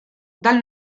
dal